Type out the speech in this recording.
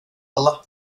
alla